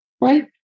Right